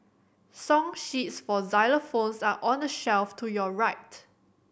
song sheets for xylophones are on the shelf to your right